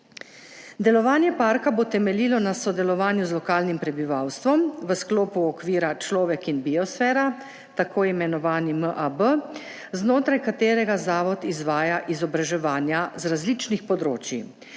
Delovanje parka bo temeljilo na sodelovanju z lokalnim prebivalstvom v sklopu okvira Človek in biosfera, tako imenovani MAB, znotraj katerega zavod izvaja izobraževanja z različnih področij.